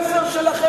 זה המסר שלכם.